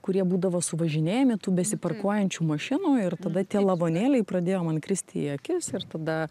kurie būdavo suvažinėjami tų besiparkuojančių mašinų ir tada tie lavonėliai pradėjo man kristi į akis ir tada